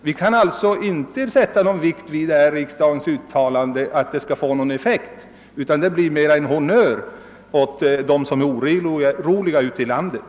Vi kan alltså inte fästa någon tillit till att riksdagens uttalande skall få någon effekt, utan det blir mera en honnör åt dem som är oroliga ute i landet.